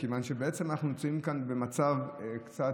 מכיוון שבעצם אנחנו נמצאים כאן במצב קצת,